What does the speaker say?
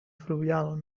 fluvial